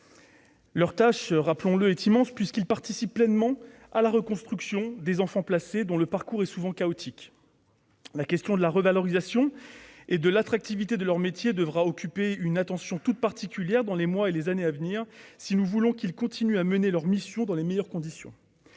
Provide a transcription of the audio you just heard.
une tâche immense, puisqu'ils participent pleinement à la reconstruction des enfants placés, dont le parcours est souvent chaotique. La question de la revalorisation et de l'attractivité de leur métier devra faire l'objet d'une attention toute particulière dans les mois et les années à venir, si nous voulons qu'ils continuent à remplir leur mission dans les meilleures conditions.